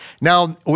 Now